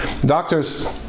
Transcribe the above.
Doctors